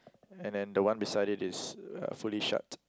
and then the one beside it is uh fully shut